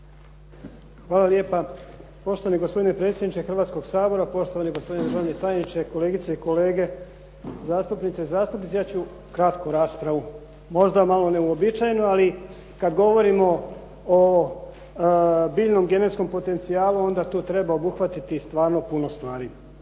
Hvala lijepa. Poštovani gospodine predsjedniče Hrvatskog sabora, poštovani gospodine državni tajniče, kolegice i kolege zastupnice i zastupnici. Ja ću kratko raspravu možda malo neuobičajenu, ali kad govorimo o biljnom genetskom potencijalu onda tu treba obuhvatiti stvarno puno stvari.